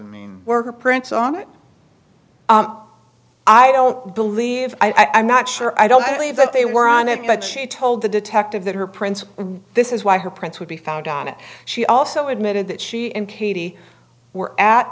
mean were her prints on it i don't believe i'm not sure i don't believe that they were on it but she told the detective that her prints this is why her prints would be found on it she also admitted that she and katie were at